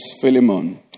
Philemon